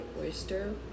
oyster